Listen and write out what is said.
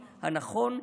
הנכון,